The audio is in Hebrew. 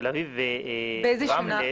תל-אביב ורמלה -- באיזו שנה?